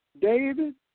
David